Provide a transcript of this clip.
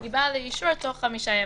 היא באה לאישור תוך 5 ימים.